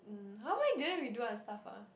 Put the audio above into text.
mm how come didn't we do other stuff ah